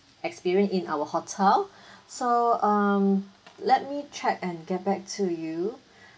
experience in our hotel so um let me check and get back to you